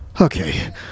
Okay